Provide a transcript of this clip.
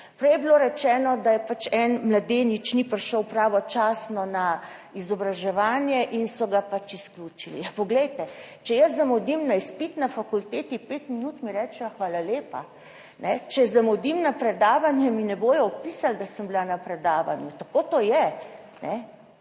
Prej je bilo rečeno, da je pač en mladenič ni prišel pravočasno na izobraževanje in so ga pač izključili. Ja, poglejte, če jaz zamudim na izpit na fakulteti pet minut, mi rečejo, hvala lepa. Če zamudim na predavanje, mi ne bodo opisali, da sem bila na predavanju, tako to je,